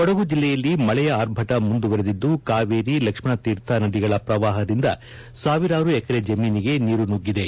ಕೊಡಗು ಜಿಲ್ಲೆಯಲ್ಲಿ ಮಳೆಯ ಆರ್ಭಟ ಮುಂದುವರಿದಿದ್ದು ಕಾವೇರಿ ಲಕ್ಷ್ಣಣೀರ್ಥ ನದಿಗಳ ಪ್ರವಾಪದಿಂದ ಸಾವಿರಾರು ಎಕರೆ ಜಮೀನಿಗೆ ನೀರು ನುಗ್ಗಿದೆ